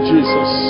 Jesus